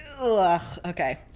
Okay